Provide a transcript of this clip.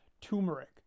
Turmeric